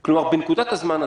כלומר, בנקודת הזמן הזאת,